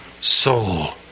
soul